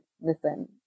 listen